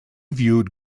viewed